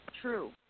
True